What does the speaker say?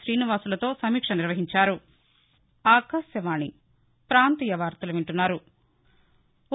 శ్రీనివాసులతో సమీక్ష నిర్వహించారు